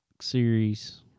Series